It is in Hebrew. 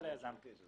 היזם ישא ב-50%.